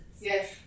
Yes